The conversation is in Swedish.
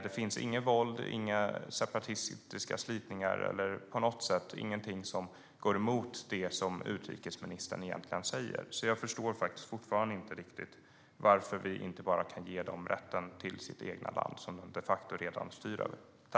Det finns inget våld, inga separatistiska slitningar och ingenting som på något sätt går emot det som utrikesministern egentligen säger.